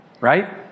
Right